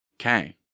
Okay